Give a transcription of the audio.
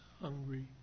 hungry